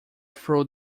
through